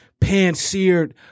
pan-seared